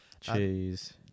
Cheese